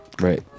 Right